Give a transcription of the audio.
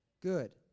good